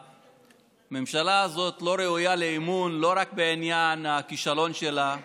הממשלה הזאת לא ראויה לאמון לא רק בעניין הכישלון שלה.